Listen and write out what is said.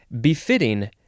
befitting